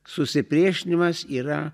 susipriešinimas yra